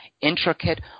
intricate